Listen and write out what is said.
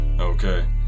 okay